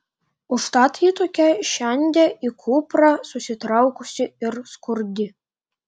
užtat ji tokia šiandie į kuprą susitraukusi ir skurdi